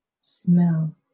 smell